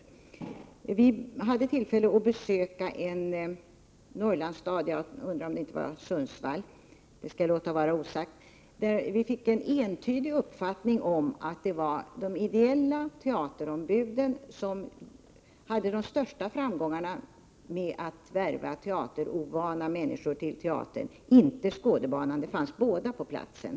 Utskottet hade tillfälle att besöka en Norrlandsstad — om det var Sundsvall eller någon annan skall jag låta vara osagt — där vi fick en entydig uppfattning om att det var de ideellt arbetande teaterombuden som hade de största framgångarna med att värva teaterovana människor till teatern, inte Skådebanan som också fanns på platsen.